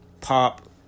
pop